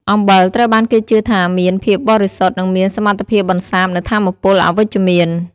អំបិលត្រូវបានគេជឿថាមាន ភាពបរិសុទ្ធ និងមានសមត្ថភាពបន្សាបនូវថាមពលអវិជ្ជមាន។